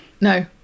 No